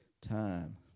Time